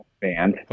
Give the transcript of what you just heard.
band